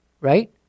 Right